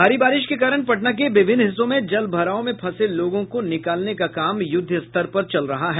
भारी बारिश के कारण पटना के विभिन्न हिस्सों में जल जमाव में फंसे लोगों को निकालने का काम युद्धस्तर पर चल रहा है